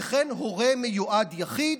וכן הורה מיועד יחיד,